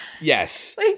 Yes